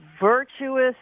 virtuous